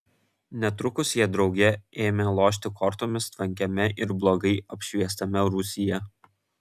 netrukus jie drauge ėmė lošti kortomis tvankiame ir blogai apšviestame rūsyje